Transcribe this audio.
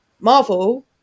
Marvel